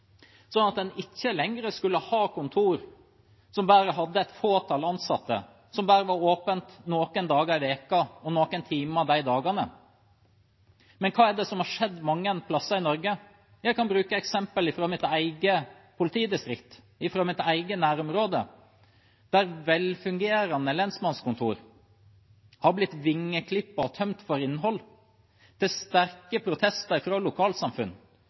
sånn at man ikke lenger skulle ha kontor som bare hadde et fåtall ansatte, og som var åpent bare noen dager i uka og noen timer de dagene. Men hva er det som har skjedd mange steder i Norge? Jeg kan bruke eksempel fra mitt eget politidistrikt, fra mitt eget nærområde, der velfungerende lensmannskontor har blitt vingeklippet og tømt for innhold, til sterke protester fra lokalsamfunn.